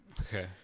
Okay